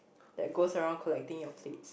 that goes around collecting your plate